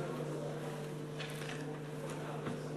תודה רבה.